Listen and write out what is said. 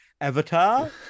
avatar